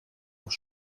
auch